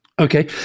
Okay